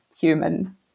human